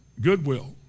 Goodwill